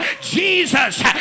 Jesus